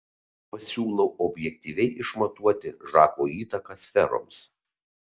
pasiūlau objektyviai išmatuoti žako įtaką sferoms